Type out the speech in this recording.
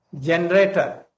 Generator